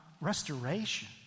restoration